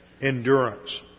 endurance